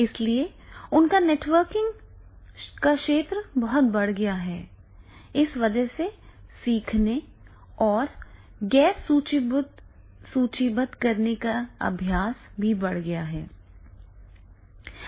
इसलिए उनका नेटवर्किंग का क्षेत्र बहुत बढ़ गया है इस वजह से सीखने और गैर सूचीबद्ध करने का अभ्यास भी बढ़ गया है